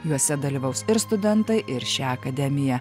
juose dalyvaus ir studentai ir šią akademiją